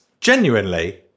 genuinely